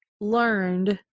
learned